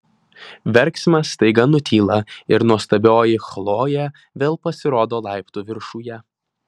verksmas staiga nutyla ir nuostabioji chlojė vėl pasirodo laiptų viršuje